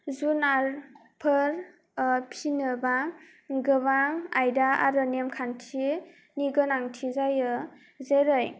जुनारफोर फिनोब्ला गोबां आयदा आरो नेमखान्थिनि गोनांथि जायो जोरै